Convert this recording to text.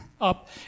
up